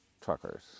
truckers